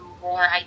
more